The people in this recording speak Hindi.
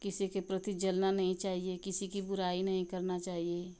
किसी के प्रति जलना नहीं चाहिए किसी की बुराई नहीं करना चाहिए